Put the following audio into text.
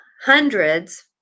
hundreds